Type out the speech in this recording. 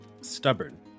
Stubborn